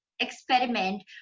experiment